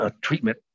treatment